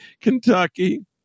Kentucky